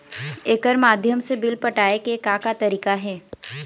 एकर माध्यम से बिल पटाए के का का तरीका हे?